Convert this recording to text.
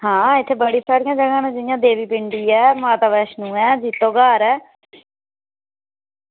आं इत्थें बड़ियां सारियां जगहां न जियां देवी पिंडी ऐ माता वैष्णो ऐ जित्तो ग्हार ऐ